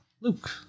Luke